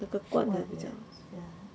那个罐的比较好吃